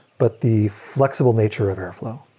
but the flexible nature of airflow